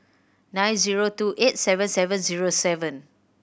nine zero two eight seven seven zero seven